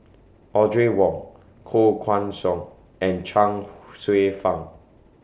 Audrey Wong Koh Guan Song and Chuang Hsueh Fang